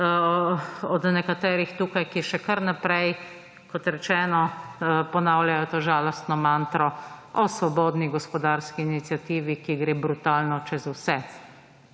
od nekaterih tukaj, ki še kar naprej, kot rečeno, ponavljajo to žalostno mantro o svobodni gospodarski inciativi, ki gre brutalno čez vse,